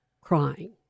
crying